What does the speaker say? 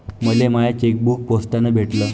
मले my chequebook पोस्टानं भेटल